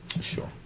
Sure